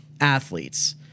athletes